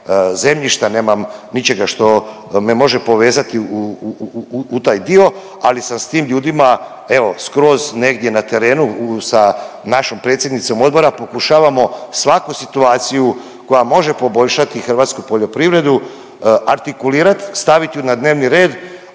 zemljišta, nemam ničega što me može povezati u taj dio, ali sam s tim ljudima evo skroz negdje na terenu, sa našom predsjednicom odbora pokušavamo svaku situaciju koja može poboljšati hrvatsku poljoprivredu artikulirati, stavit ju na dnevni red,